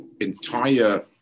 entire